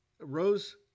Rose